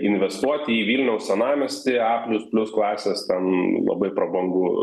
investuoti į vilniaus senamiestį a plius plius klasės klasės ten labai prabangų